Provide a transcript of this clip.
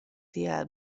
tiel